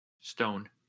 Stone